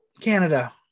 canada